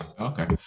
Okay